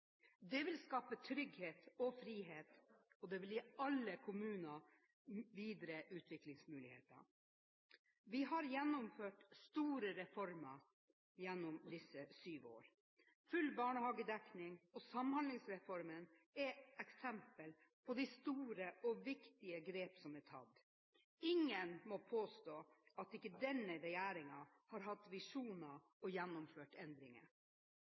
Det vil skape trygghet og frihet, og det vil gi alle kommuner videre utviklingsmuligheter. Vi har gjennomført store reformer gjennom disse sju årene. Full barnehagedekning og Samhandlingsreformen er eksempler på de store og viktige grepene som er tatt. Ingen må påstå at ikke denne regjeringen har hatt visjoner og gjennomført endringer.